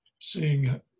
seeing